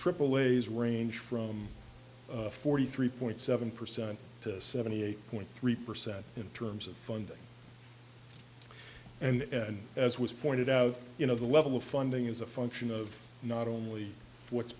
triple ways range from forty three point seven percent to seventy eight point three percent in terms of funding and as was pointed out you know the level of funding is a function of not only what's